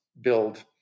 build